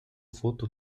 фото